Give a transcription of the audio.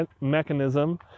mechanism